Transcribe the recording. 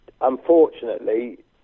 unfortunately